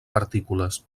partícules